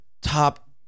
top